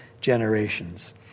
generations